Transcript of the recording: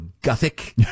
gothic